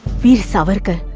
veer savarkar,